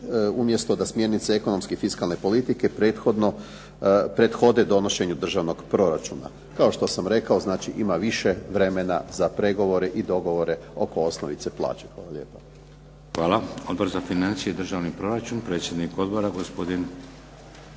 umjesto da smjernice ekonomske i fiskalne politike prethode donošenju državnog proračuna. Kao što sam rekao, znači ima više vremena za pregovore i dogovore oko osnovice plaće. Hvala lijepa. **Šeks, Vladimir (HDZ)** Hvala. Odbor za financije i državni proračun, predsjednik odbora gospodin